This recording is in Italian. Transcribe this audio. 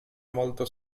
molto